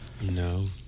No